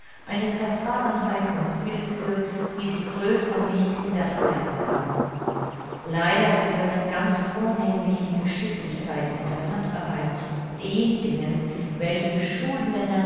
eine zerfahrenheit und willkür wie sie größer nicht gedacht werden kann leider gehört ganz vornehmlich die geschicklichkeit in der handarbeit zu den dingen welche